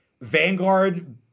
vanguard